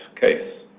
case